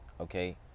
Okay